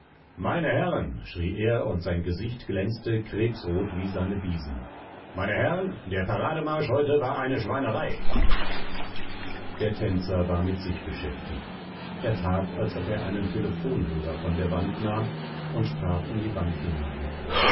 meine herren schrie er und sein gesicht glänzte krebsrot wie seine biesen meine herren der parademarsch heute war eine schweinerei der tänzer war mit sich beschäftigt er tat als ob er einen telephonhörer von der wand nahm und sprach in die wand hinein